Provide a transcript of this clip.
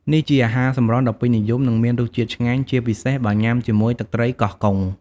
នេះជាអាហារសម្រន់ដ៏ពេញនិយម និងមានរសជាតិឆ្ងាញ់ ជាពិសេសបើញុាំជាមួយទឹកត្រីកោះកុង។